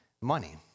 money